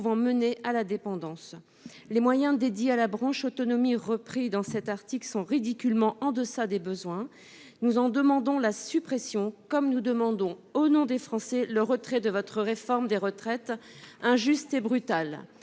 pouvant mener à la dépendance. Les moyens dédiés à la branche autonomie prévus à l'article 18 sont ridiculement en deçà des besoins. Nous demandons la suppression de celui-ci comme nous demandons, au nom des Français, le retrait de votre réforme des retraites, injuste et brutale.